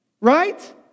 right